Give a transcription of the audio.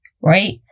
right